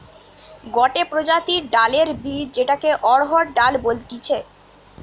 গটে প্রজাতির ডালের বীজ যেটাকে অড়হর ডাল বলতিছে